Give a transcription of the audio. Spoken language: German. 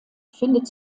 findet